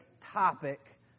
topic